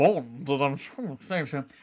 Bond